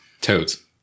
Toads